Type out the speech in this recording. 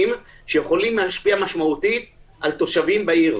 שיכולים להשפיע משמעותית על תושבים בעיר.